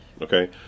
Okay